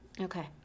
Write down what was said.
Okay